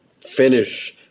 finish